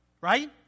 Right